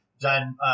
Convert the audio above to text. done